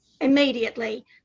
immediately